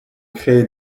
créez